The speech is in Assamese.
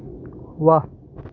ৱাহ